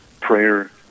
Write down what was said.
prayer